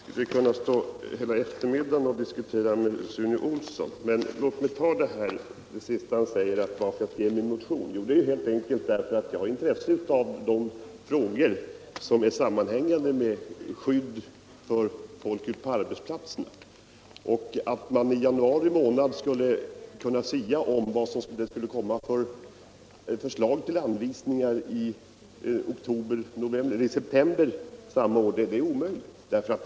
Herr talman! Man skulle kunna stå hela eftermiddagen och diskutera med herr Olsson i Stockholm. Låt mig bara ta upp det sista som herr Olsson säger om anledningen till att jag skrev min motion. Det var helt enkelt därför att jag har intresse för frågor som sammanhänger med skydd för människorna på arbetsplatserna. Att man i januari månad skulle kunna sia om vad det skulle komma för förslag till anvisningar i september samma år är otänkbart.